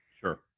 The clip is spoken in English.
Sure